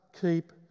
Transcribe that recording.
keep